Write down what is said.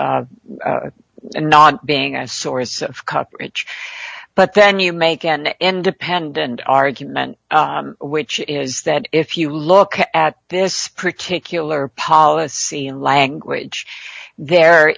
not being a source of coverage but then you make an independent argument which is that if you look at this particular policy in language there